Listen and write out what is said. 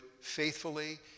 faithfully